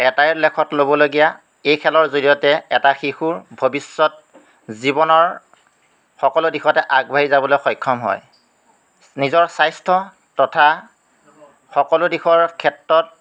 এটাই লেখত ল'বলগীয়া এই খেলৰ জৰিয়তে এটা শিশুৰ ভৱিষ্যত জীৱনৰ সকলো দিশতে আগবাঢ়ি যাবলৈ সক্ষম হয় নিজৰ স্বাস্থ্য তথা সকলো দিশৰ ক্ষেত্ৰত